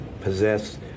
possess